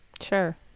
Sure